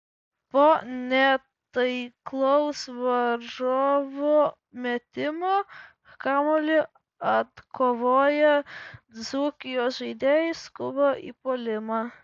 po netaiklaus varžovų metimo kamuolį atkovoję dzūkijos žaidėjai skuba į puolimą